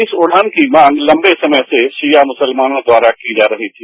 इस उड़ान की मांग लंबे समय से शिया मुसलमानों द्वारा की जा रही थी